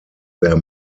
their